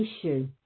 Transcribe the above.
issue